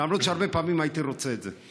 למרות שהרבה פעמים הייתי רוצה את זה.